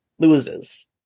Loses